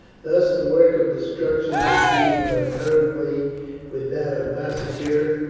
thus the work of destruction proceeded concurrently with that of massacre,